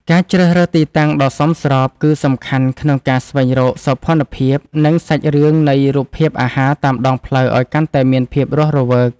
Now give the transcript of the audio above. ការជ្រើសរើសទីតាំងដ៏សមស្រប គឺសំខាន់ក្នុងការស្វែងរកសោភ័ណភាព និងសាច់រឿងនៃរូបភាពអាហារតាមដងផ្លូវឱ្យកាន់តែមានភាពរស់រវើក។